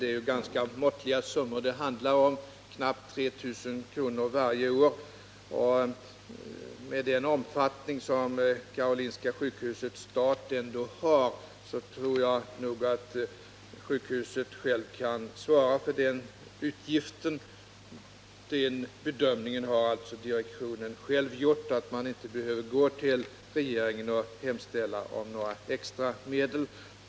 Det är ju ganska måttliga summor det handlar om, knappt 3 000 kr. varje år. Och med den omfattning som Karolinska sjukhusets stat ändå har tror jag nog att sjukhuset självt kan svara för den utgiften. Den bedömningen har alltså direktionen själv gjort, att man inte behöver gå till regeringen och hemställa om några extra medel.